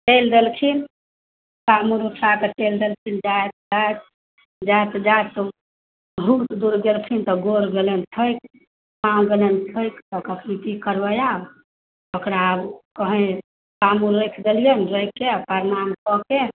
चलि देलखिन कामोर उठा कऽ चलि देलखिन जाइत जाइत जाइत जाइत बहुत दूर गेलखिन तऽ गोर गेलनि थाकि टांग गेलनि थाकि तऽ कहलखिन की करबै आब ओकरा कहीँ कामोर राखि देलियै राखि कऽ प्रणाम कऽ के